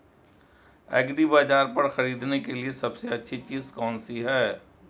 एग्रीबाज़ार पर खरीदने के लिए सबसे अच्छी चीज़ कौनसी है?